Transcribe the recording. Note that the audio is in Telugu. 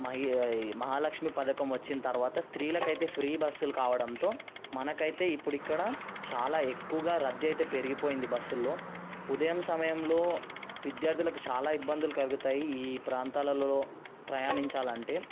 మహాలక్ష్మి పథకం వచ్చిన తర్వాత స్త్రీలకు అయితే ఫ్రీ బస్సులు కావడంతో మనకైతే ఇప్పుడు ఇక్కడ చాలా ఎక్కువగా రద్దు అయితే పెరిగిపోయింది బస్సులో సమయంలో విద్యార్థులకు చాలా ఇబ్బందులు కలుగుతాయి ఈ ప్రాంతాలలో ప్రయాణించాలంటే